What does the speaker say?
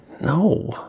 No